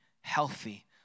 healthy